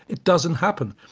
it doesn't happen.